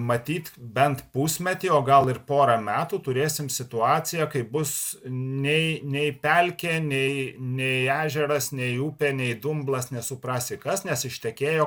matyt bent pusmetį o gal ir porą metų turėsim situaciją kai bus nei nei pelkė nei nei ežeras nei upė nei dumblas nesuprasi kas nes ištekėjo